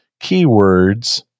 keywords